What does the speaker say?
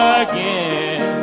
again